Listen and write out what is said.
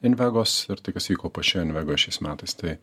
invegos ir tai kas vyko pačioje invegoj šiais metais tai